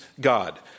God